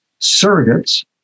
surrogates